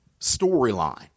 storyline